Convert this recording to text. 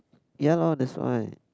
ya lor that's why